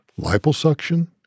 Liposuction